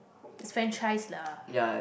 it's franchise lah